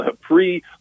pre